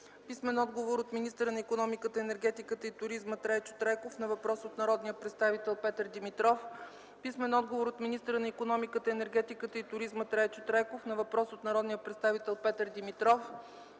Тошев; - от министъра на икономиката, енергетиката и туризма Трайчо Трайков на въпрос от народния представител Петър Димитров; - от министъра на икономиката, енергетиката и туризма Трайчо Трайков на въпрос от народния представител Петър Димитров;